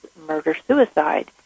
murder-suicide